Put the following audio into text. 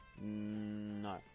No